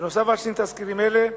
בנוסף על שני תזכירים אלה,